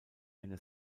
eine